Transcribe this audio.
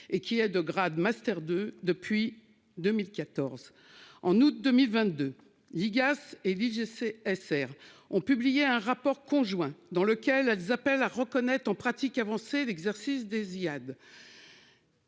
Et qui a de grade master de depuis 2014. En août 2022, l'IGAS et j'. SR ont publié un rapport conjoint dans lequel elles appellent à reconnaître en pratique avancée d'exercice des Ziad.